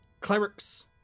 clerics